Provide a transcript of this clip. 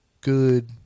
good